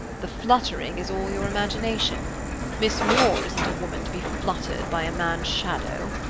the fluttering is all your imagination miss muir isn't a woman to be fluttered by a man's shadow.